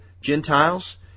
Gentiles